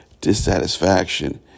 dissatisfaction